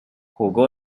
jugó